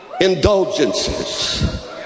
indulgences